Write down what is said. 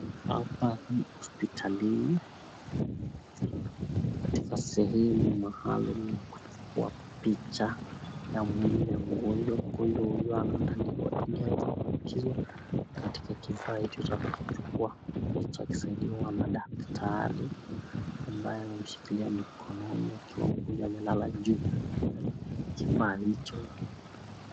Hapa ni hospitalini katika sehemu maalum ya kuchukua picha ya mwili ya mgonjwa. Mgonjwa huyu anaandaliwa ili aweze kuingizwa katika kifaa hicho cha kuchukua picha akisaidiwa na dakatri ambaye amemshikilia mikononi akiwa mgonjwa amelala juu ya kifaa hicho.